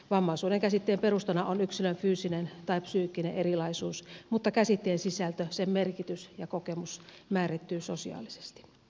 vammaisuuden käsitteen perustana on yksilön fyysinen tai psyykkinen erilaisuus mutta käsitteen sisältö sen merkitys ja kokemus määrittyy sosiaalisesti